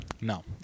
No